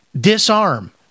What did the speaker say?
disarm